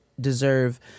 deserve